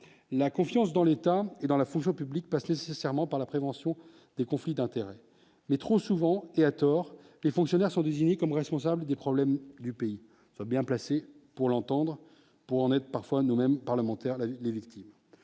la confiance dans l'État et dans la fonction publique passe nécessairement par la prévention des conflits d'intérêts, mais trop souvent et à tort, les fonctionnaires sont désignés comme responsables des problèmes du pays, bien placé pour l'entendre pour en être parfois nous-mêmes parlementaires la vie les